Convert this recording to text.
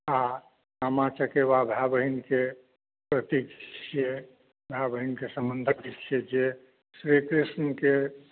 आ सामा चकेबा भाय बहिनके प्रतीक छियै भाय बहिनक समबन्धक छै जे श्री कृष्णके